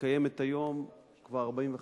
קיימת היום כבר 45 שנים,